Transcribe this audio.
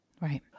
Right